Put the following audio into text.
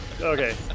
Okay